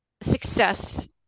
success